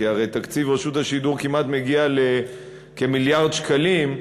כי הרי תקציב רשות השידור כמעט מגיע למיליארד שקלים,